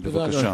בבקשה.